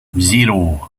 zero